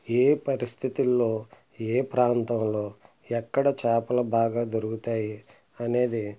ఏ పరిస్థితుల్లో ఏ ప్రాంతంలో ఎక్కడ చేపలు బాగా దొరుకుతాయి అనేది